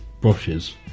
brushes